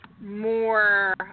more